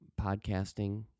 podcasting